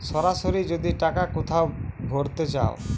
সরাসরি যদি টাকা কোথাও ভোরতে চায়